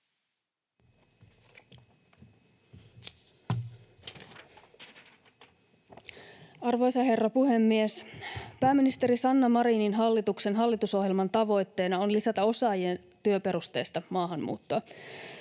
Arvoisa herra puhemies! Pääministeri Sanna Marinin hallituksen hallitusohjelman tavoitteena on lisätä osaajien työperusteista maahanmuuttoa.